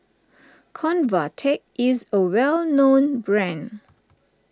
Convatec is a well known brand